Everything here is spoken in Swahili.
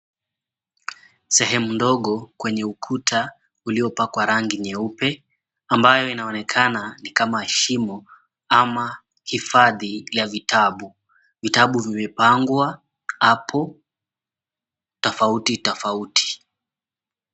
Sehemu ndogo kwenye ukuta uliopakwa rangi nyeupe, ambayo inaonekana ni kama shimo ama hifadhi ya vitabu. Vitabu vimepangwa hapo tofauti tofauti.